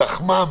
זה לחמם,